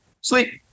sleep